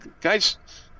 guys